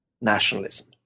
nationalism